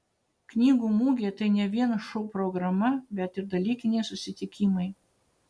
knygų mugė tai ne vien šou programa bet ir dalykiniai susitikimai